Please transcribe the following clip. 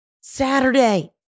Saturday